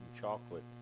chocolate